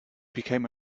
became